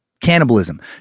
Cannibalism